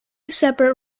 separate